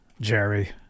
Jerry